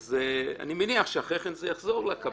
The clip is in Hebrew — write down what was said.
אז אני מניח שאחרי כן זה יחזור לקבינט.